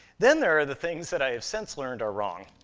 then there are the things that i have since learned are wrong.